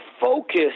focus